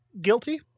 guilty